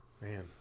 Man